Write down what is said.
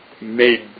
made